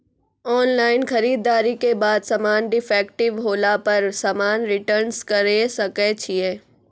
Online खरीददारी के बाद समान डिफेक्टिव होला पर समान रिटर्न्स करे सकय छियै?